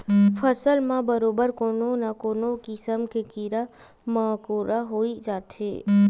फसल म बरोबर कोनो न कोनो किसम के कीरा मकोरा होई जाथे